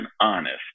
honest